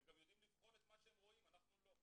הם גם יודעים לבחון את מה שהם רואים, אנחנו לא.